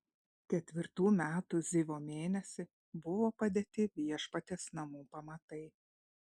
ketvirtų metų zivo mėnesį buvo padėti viešpaties namų pamatai